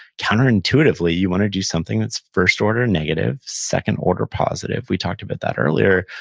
counterintuitively, you wanna do something that's first order negative, second order positive. we talked about that earlier,